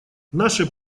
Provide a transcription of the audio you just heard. наше